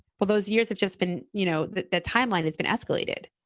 well, those years have just been, you know, the the timeline has been escalated